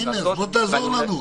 הנה, בוא תעזור לנו.